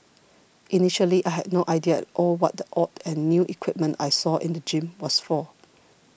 initially I had no idea at all what the odd and new equipment I saw in the gym was for